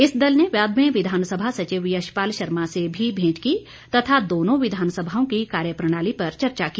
इस दल ने बाद में विधानसभा सचिव यशपाल शर्मा से भी भेंट की तथा दोनों विधानसभाओं की कार्य प्रणाली पर चर्चा की